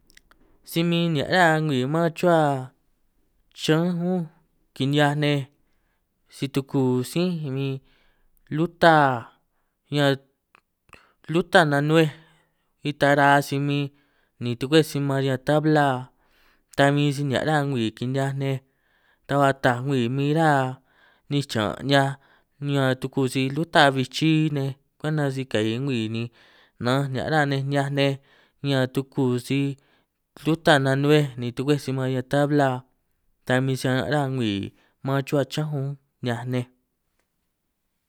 Si min nìhià’ râ ngwiì man chuhuâ chián únj kini’hiaj nej si tuku’ sí min luta ñan luta nānj nuej ita ra’a sij min nī tugwêj sij man riñan tabla ta bin si níhià’ râ ngwiì kini’hiaj nej ta ba taaj ngwiì min râ ngwiì ninj chaan’ ni’hiaj ñan tukû sij luta abi chí nej kwenta si kà’ì ngwiì nī nānj nìhià’ râ nej ni’hiaj nej ñan tuku sij luta nabbêj nī tugwej sij man riñan tabla ta min si aran’ ngwiì mân chuhuâ chiñán ûnj ni’hiaj nej.